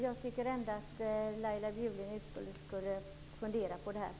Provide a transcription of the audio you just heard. Jag tycker ändå att Laila Bjurling skall fundera på detta.